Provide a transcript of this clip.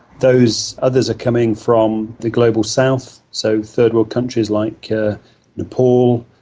those others are coming from the global south, so third world countries like nepal,